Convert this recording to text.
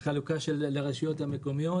לחלוקה לרשויות המקומיות.